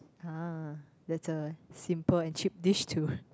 !huh! that's a simple and cheap dish too